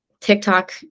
TikTok